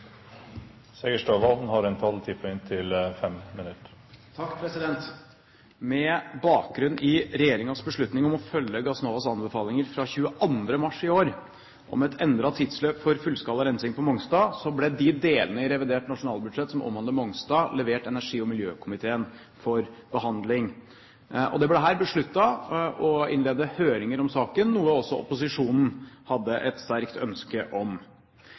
Med bakgrunn i regjeringens beslutning om å følge Gassnovas anbefalinger fra 22. mars i år om et endret tidsløp for fullskala rensing på Mongstad ble de delene i revidert nasjonalbudsjett som omhandler Mongstad, levert energi- og miljøkomiteen for behandling. Det ble her besluttet å innlede høringer om saken, noe også opposisjonen hadde et sterkt ønske om.